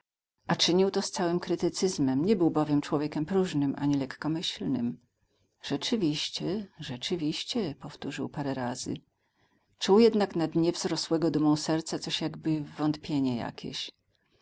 a czynił to z całym krytycyzmem nie był bowiem człowiekiem próżnym ani lekkomyślnym rzeczywiście rzeczywiście powtórzył parę razy czuł jednak na dnie wzrosłego dumą serca coś jakby wątpienie jakieś